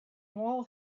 wall